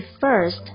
first